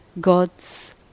gods